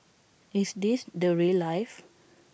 is this the rail life